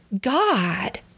God